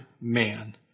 man